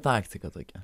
taktika tokia